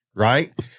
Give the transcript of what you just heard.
right